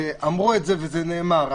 וזה נאמר,